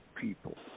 people